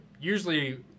usually